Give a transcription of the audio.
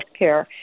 healthcare